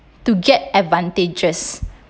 to get advantages